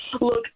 Look